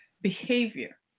behavior